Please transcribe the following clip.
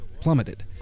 plummeted